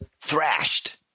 thrashed